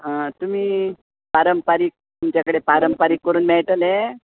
तुमी पारंपरीक तुमचे कडेन पारंपारीक करूंक मेळटले